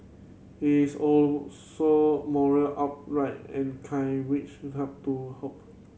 he is also moral upright and kind which you have to hope